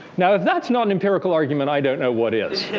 now if that's not an empirical argument, i don't know what is.